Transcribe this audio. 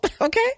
okay